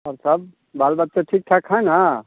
और सब बाल बच्चा ठीक ठाक हैं ना